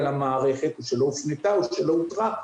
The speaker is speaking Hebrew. למערכת או שלא הופנתה או שלא אותרה?